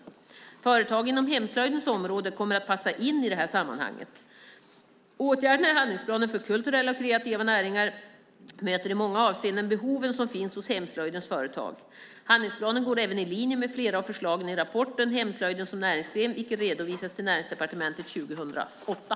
Företag inom hemslöjdens område kommer att passa in i det här sammanhanget. Åtgärderna i handlingsplanen för kulturella och kreativa näringar möter i många avseenden behoven som finns hos hemslöjdens företag. Handlingsplanen går även i linje med flera av förslagen i rapporten Hemslöjden som näringsgren , vilka redovisades till Näringsdepartementet 2008.